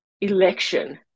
election